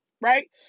right